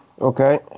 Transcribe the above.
okay